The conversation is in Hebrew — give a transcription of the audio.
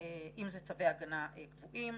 אם אלה צווי הגנה קבועים,